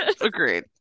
Agreed